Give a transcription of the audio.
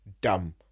dumb